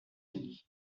unis